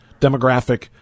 demographic